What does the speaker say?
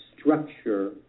structure